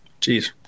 jeez